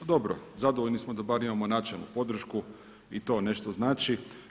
Dobro, zadovoljni smo da bar imamo načelnu podršku i to nešto znači.